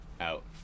out